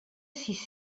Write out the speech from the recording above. sis